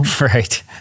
Right